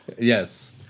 Yes